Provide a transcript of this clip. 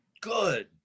Good